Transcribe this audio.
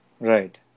Right